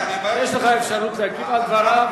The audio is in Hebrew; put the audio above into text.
יש לך אפשרות להגיב על דבריו,